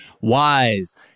wise